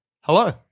Hello